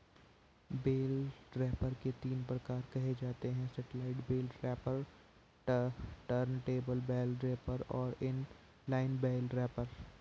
bell wrapper के तीन प्रकार कहे जाते हैं satellite bale wrapper, turntable bale wrapper और इन लाइन बेल रैपर